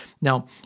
Now